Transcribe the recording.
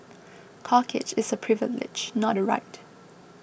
corkage is a privilege not a right